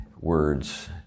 words